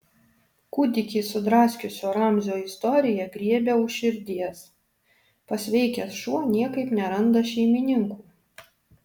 kūdikį sudraskiusio ramzio istorija griebia už širdies pasveikęs šuo niekaip neranda šeimininkų